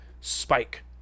spike